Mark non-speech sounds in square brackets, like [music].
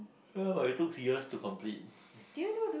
ya but it took years to complete [breath]